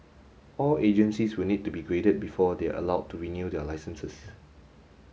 all agencies will need to be graded before they are allowed to renew their licences